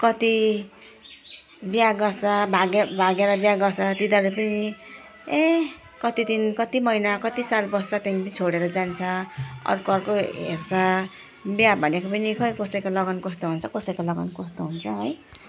कति बिहा गर्छ भागे भागेर बिहा गर्छ तिनीहरू पनि ए कति दिन कति महिना कति साल बस्छ त्यहाँपछि छोडेर जान्छ अर्को अर्को हेर्छ बिहा भनेको पनि खै कसैको लगन कस्तो हुन्छ कसैको लगन कस्तो हुन्छ है